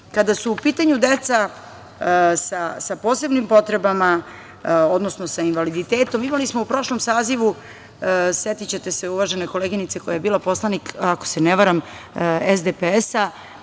su u pitanju deca sa posebnim potrebama, odnosno sa invaliditetom, imali smo u prošlom sazivu, setiće te se uvažene koleginice, koja je bila poslanik, ako se ne varam SDPS-a